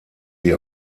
sie